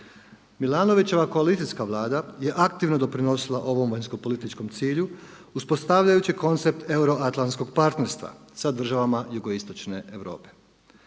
Milanovićeva koalicijska vlada je aktivno doprinosila ovom vanjskopolitičkom cilju, uspostavljajući koncept euroatlantskog partnerstva sa državama Jugoistočne Europe.